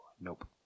Nope